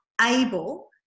able